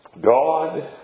God